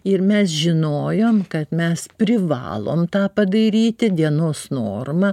ir mes žinojom kad mes privalom tą padaryti dienos normą